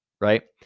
right